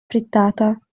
frittata